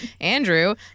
Andrew